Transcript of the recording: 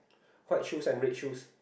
white shoes and red shoes